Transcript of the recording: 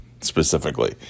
specifically